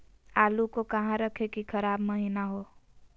आलू को कहां रखे की खराब महिना हो?